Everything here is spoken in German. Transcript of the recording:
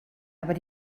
aber